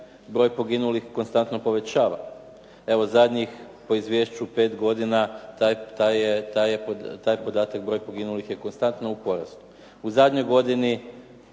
broj poginulih konstantno povećava. Evo, zadnjih, po izvješću 5 godina taj je podatak broj poginulih je konstantno porastu. U zadnjoj godini,